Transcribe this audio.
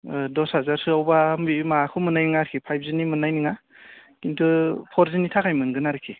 दस हाजारसोआवबा बियो माखौ मोनाय नङा आरोखि फाइब जिनि मोननाय नङा खिन्तु फरजिनि थाखाय मोनगोन आरोखि